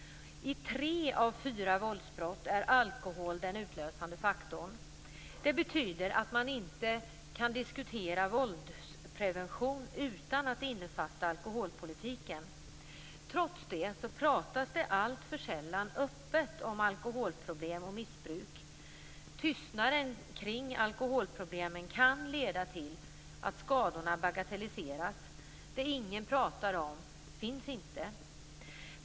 I tre av fyra våldsbrott är alkohol den utlösande faktorn. Det betyder att man inte kan diskutera våldsprevention utan att innefatta alkoholpolitiken. Trots det pratas det alltför sällan öppet om alkoholproblem och missbruk. Tystnaden kring alkoholproblemen kan leda till att skadorna bagatelliseras. Det ingen pratar om finns inte.